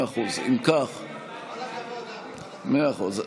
וכמה בתי ספר קיבלו באמת ניידת בזמן שהתגלה שם הנגיף.